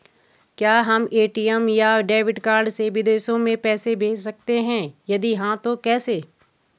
क्या हम ए.टी.एम या डेबिट कार्ड से विदेशों में पैसे भेज सकते हैं यदि हाँ तो कैसे?